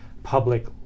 Public